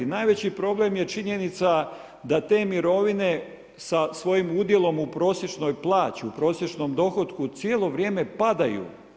Najveći problem je činjenica da te mirovine sa svojim udjelom u prosječnoj plaći, u prosječnom dohotku cijelo vrijeme padaju.